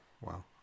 Wow